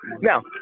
Now